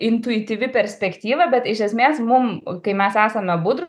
intuityvi perspektyva bet iš esmės mum kai mes esame budrūs